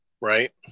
right